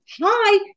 hi